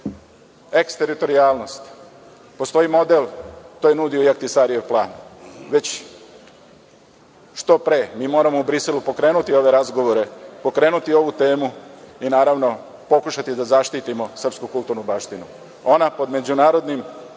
eksteritorijalnost, postoji model, to je nudio i Ahtisarijev plan. Već što pre mi moramo u Briselu pokrenuti ove razgovore, pokrenuti ovu temu i, naravno, pokušati da zaštitimo srpsku kulturnu baštinu. Ona pod međunarodnim